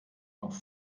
noch